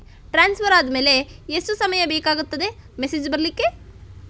Transfer ಆದ್ಮೇಲೆ ಎಷ್ಟು ಸಮಯ ಬೇಕಾಗುತ್ತದೆ ಮೆಸೇಜ್ ಬರ್ಲಿಕ್ಕೆ?